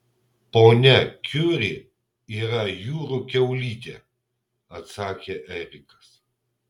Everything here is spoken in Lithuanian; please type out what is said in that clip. ponia kiuri yra jūrų kiaulytė atsakė erikas